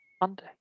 Monday